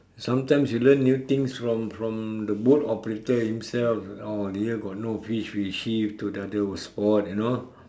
sometimes you learn new things from from the boat operator himself oh here got no fish we shift to the other spot and all